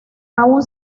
aún